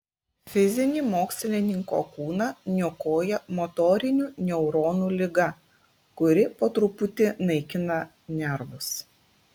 fizinį mokslininko kūną niokoja motorinių neuronų liga kuri po truputį naikina nervus